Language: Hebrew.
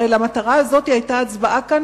הרי למטרה הזאת היתה הצבעה כאן,